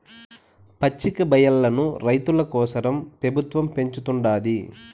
పచ్చికబయల్లను రైతుల కోసరం పెబుత్వం పెంచుతుండాది